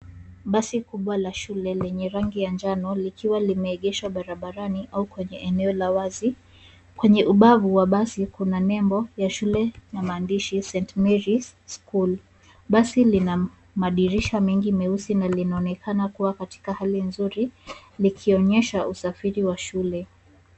Basi kubwa la shule lenye rangi ya njano likiwa limeegeshwa barabarani au kwenye eneo la wazi. Kwenye ubavu wa basi kuna nembo ya shule na maandishi St. Mary's School. Basi lina madirisha mengi meusi na linaonekana kuwa katika hali nzuri likionyesha usafiri wa shule.